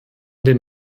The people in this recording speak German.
den